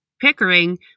Pickering